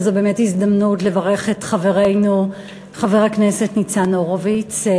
וזו באמת הזדמנות לברך את חברנו חבר הכנסת ניצן הורוביץ,